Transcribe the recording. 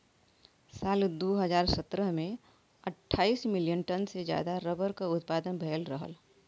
साल दू हज़ार सत्रह में अट्ठाईस मिलियन टन से जादा रबर क उत्पदान भयल रहे